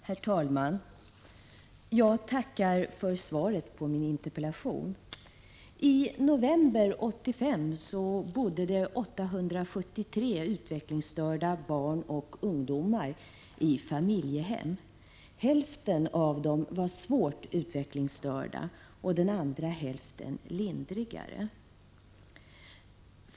Herr talman! Jag tackar för svaret på min interpellation. I november 1985 fanns det 873 utvecklingsstörda barn och ungdomar i familjehem. Hälften av dem var svårt utvecklingsstörda och hälften lindrigare.